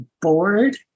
bored